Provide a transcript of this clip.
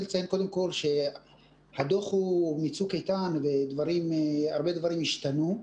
רוצה לציין שהדוח הוא מצוק איתן והרבה דברים השתנו.